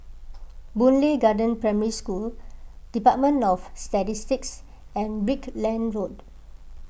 Boon Lay Garden Primary School Department of Statistics and Brickland Road